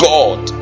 God